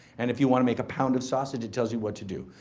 and if you wanna make a pound of sausage, it tells you what to do.